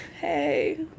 Hey